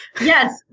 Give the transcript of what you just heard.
Yes